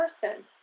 person